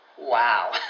Wow